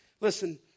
listen